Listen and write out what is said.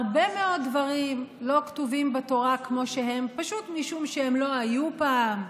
הרבה מאוד דברים לא כתובים בתורה כמו שהם פשוט משום שהם לא היו פעם,